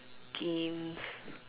games